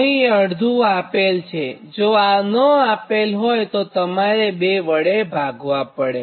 અહીં અડધું આપેલ છે જો ન આપેલ હોયતો તમારે 2 વડે ભાગવા પડે